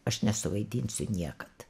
aš nesuvaidinsiu niekad